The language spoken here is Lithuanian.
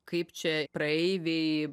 kaip čia praeiviai